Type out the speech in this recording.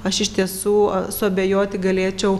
aš iš tiesų suabejoti galėčiau